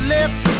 left